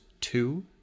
two